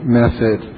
method